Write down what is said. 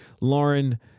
Lauren